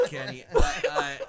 Kenny